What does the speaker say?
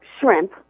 shrimp